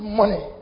money